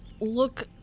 look